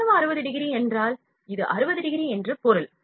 கோணம் 60 டிகிரி என்றால் இது 60 டிகிரி என்று பொருள்